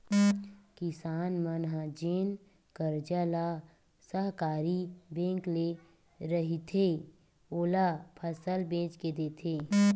किसान मन ह जेन करजा ल सहकारी बेंक ले रहिथे, ओला फसल बेच के देथे